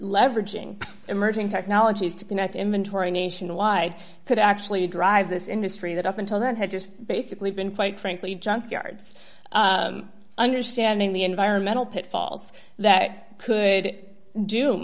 leveraging emerging technologies to connect inventory nationwide could actually drive this industry that up until then had just basically been quite frankly junkyards understanding the environmental pitfalls that could do